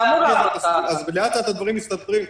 אז לאט-לאט הדברים מסתדרים.